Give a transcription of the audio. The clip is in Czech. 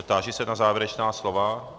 Táži se na závěrečná slova.